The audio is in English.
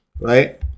right